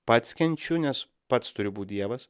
pats kenčiu nes pats turiu būt dievas